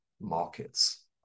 markets